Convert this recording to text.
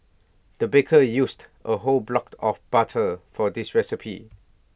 the baker used A whole blocked of butter for this recipe